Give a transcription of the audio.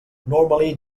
normally